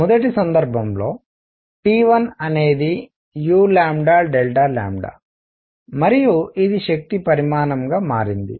మొదటి సందర్భంలో T1 అనేది u మరియు ఇది శక్తి పరిమాణం గా మారింది